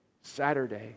Saturday